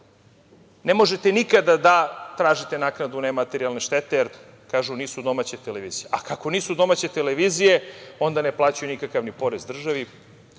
Ne možete nikada da tražite naknadu nematerijalne štete, jer kažu nisu domaće televizije. Kako nisu domaće televizije, onda ne plaćaju nikakav porez državi.